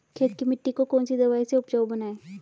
खेत की मिटी को कौन सी दवाई से उपजाऊ बनायें?